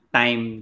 time